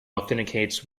authenticates